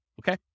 okay